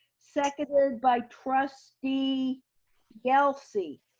seconded by trustee yelsey.